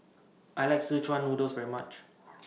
I like Szechuan Noodles very much